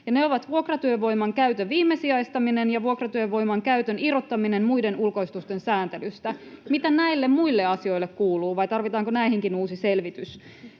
ne ovat vuokratyövoiman käytön viimesijaistaminen ja vuokratyövoiman käytön irrottaminen muiden ulkoistusten sääntelystä. Mitä näille muille asioille kuuluu, vai tarvitaanko näihinkin uusi selvitys?